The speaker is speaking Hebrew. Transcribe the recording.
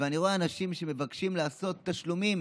ואני רואה אנשים שמבקשים לעשות ארבעה-חמישה תשלומים